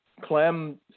Clem